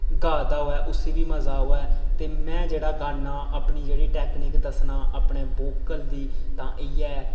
गा दा होवै उसी बी मजा आवै ते मैं जेह्ड़ा गा ना अपनी जेह्ड़ी टेक्निक दस्सना अपनी वोकल दी तां इ'यै